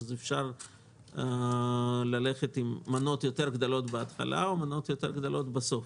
אז אפשר ללכת עם מנות גדולות יותר בהתחלה או מנות גדולות יותר בסוף.